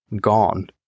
gone